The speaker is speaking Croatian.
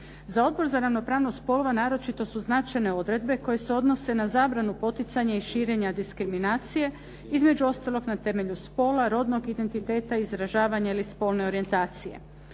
Za Odbor za ravnopravnost spolova naročito su značajne odredbe koje se odnose na zabranu poticanja i širenja diskriminacije, između ostalog na temelju spola, rodnog identiteta, izražavanja ili spolne orijentacije.